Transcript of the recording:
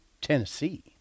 Tennessee